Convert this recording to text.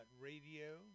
radio